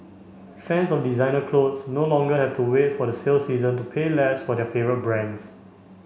fans of designer clothes no longer have to wait for the sale season to pay less for their favourite brands